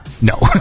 No